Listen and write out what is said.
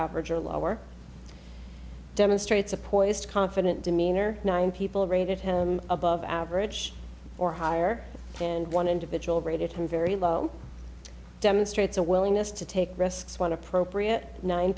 average or lower demonstrates a poised confident demeanor nine people rated him above average or higher and one individual rated him very low demonstrates a willingness to take risks when appropriate nine